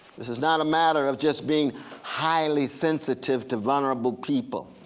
this is not a matter of just being highly sensitive to vulnerable people.